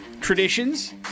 traditions